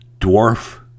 dwarf